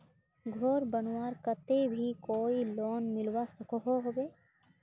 घोर बनवार केते भी कोई लोन मिलवा सकोहो होबे?